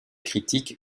critiques